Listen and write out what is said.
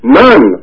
none